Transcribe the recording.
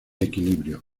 equilibrio